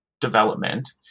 development